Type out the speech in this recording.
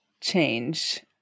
change